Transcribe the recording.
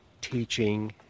teaching